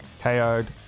KO'd